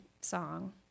song